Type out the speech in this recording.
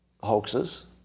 hoaxes